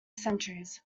centuries